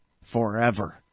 forever